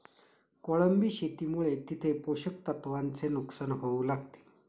कोळंबी शेतीमुळे तिथे पोषक तत्वांचे नुकसान होऊ लागले